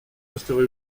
resterez